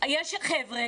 יש חבר'ה